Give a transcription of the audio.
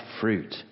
fruit